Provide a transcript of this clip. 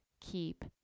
keep